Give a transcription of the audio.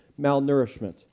malnourishment